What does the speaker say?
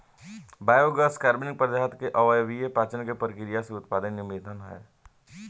biogas कार्बनिक पदार्थ के अवायवीय पाचन के प्रक्रिया से उत्पादित मिथेन ह